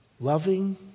loving